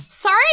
Sorry